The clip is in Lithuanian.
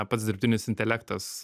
pats dirbtinis intelektas